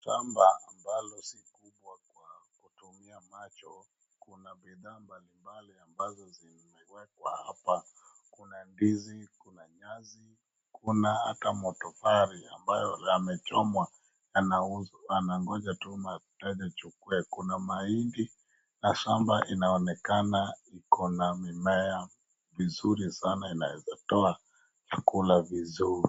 Shamba ambalo si kubwa kwa kutumia macho. Kuna bidhaa mbalimbali ambazo zimewekwa hapa. Kuna ndizi, kuna nyasi, kuna ata matofali ambayo yamechomwa yangonja tu magari zichukue. Kuna mahandi na shamba inaonekana iko na mimea vizuri sana inaweza toa chakula vizuri.